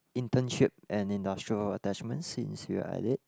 internship and industrial attachments since we are at it